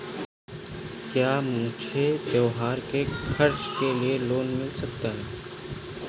क्या मुझे त्योहार के खर्च के लिए लोन मिल सकता है?